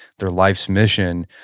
their life's mission.